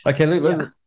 okay